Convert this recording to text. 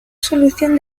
solución